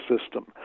system